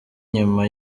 nyuma